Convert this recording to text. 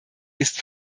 ist